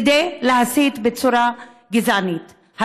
כדי להסית בצורה גזענית.